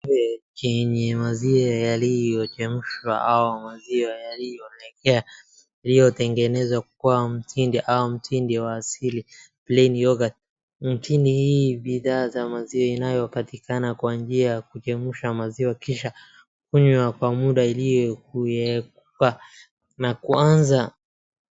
Kwenye maziwa yaliyochemshwa ama maziwa yaliyowekwa yaliyotengenezwa kuwa mtindi ama mtindi wa asili plain yoghurt . Mtindi hii bidhaa za maziwa inayopatikana kwa njia ya kuchemshwa maziwa kisha kunywa kwa muda iliyowekwa na kuanza.